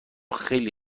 خیلی